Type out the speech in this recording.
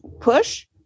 push